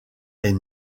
est